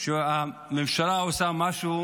שהממשלה עושה משהו,